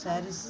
sarees